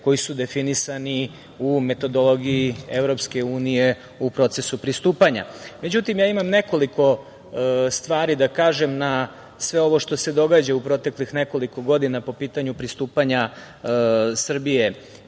koji su definisani u metodologiji EU u procesu pristupanja.Međutim, ja imam nekoliko stvari da kažem na sve ovo što se događa u proteklih nekoliko godina po pitanju pristupanja Srbije